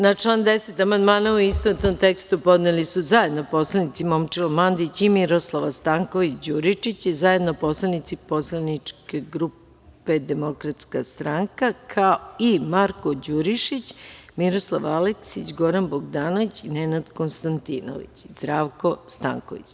Na član 10. amandmane u istovetnom tekstu podneli su zajedno poslanici Momčilo Mandić i Miroslava Stanković Đuričić i zajedno poslanici poslaničke grupe DS, kao i Marko Đurišić, Miroslav Aleksić, Goran Bogdanović, Nenad Konstantinović i Zdravko Stanković.